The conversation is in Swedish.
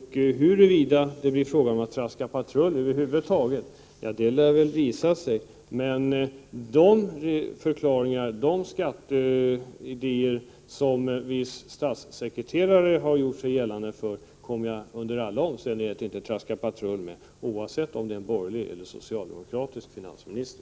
visa sig huruvida det blir fråga om att traska patrull över huvud taget. Någon som har sådana förklaringar och sådana skatteidéer som en viss statssekreterare står för kommer jag under alla omständigheter inte att traska patrull med — oavsett om det är en borgerlig eller socialdemokratisk finansminister.